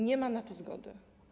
Nie ma na to zgody.